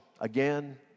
again